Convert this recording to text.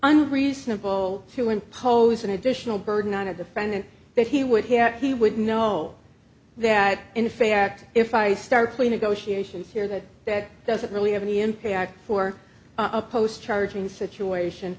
unreasonable to impose an additional burden on of the friend that he would have he would know that in fact if i start cleaning goshi a chanst here that that doesn't really have any impact for a post charging situation